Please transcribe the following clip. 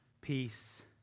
Peace